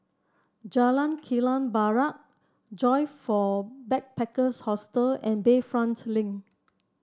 Jalan Kilang Barat Joyfor Backpackers Hostel and Bayfront Link